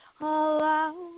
Allow